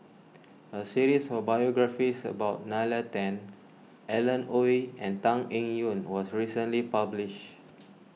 a series of biographies about Nalla Tan Alan Oei and Tan Eng Yoon was recently published